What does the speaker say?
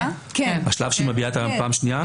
בשלב שהיא מביעה בפעם השנייה?